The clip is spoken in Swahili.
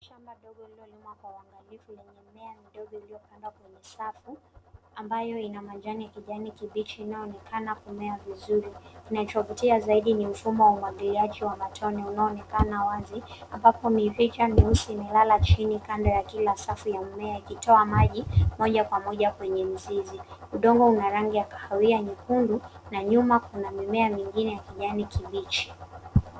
Shamba dogo lililo limwa kwa uangalifu yenye mimea midogo iliyo pandwa kwa safu ambayo ina majani ya kijani kibichi inayo onekana kumea vizuri, kinacho vutia zaidi ni mfumo wa umwagiliaji wa matone unao onekena wazi ambapo miraja meusi ime lala chini kando ya kila safu ya mmea ikitoa maji moja kwa moja kwenye mzizi. Udongo una rangi ya kahawia nyekundu na nyuma kuna mimea mingine ya kijani kibichi.